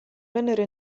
vennero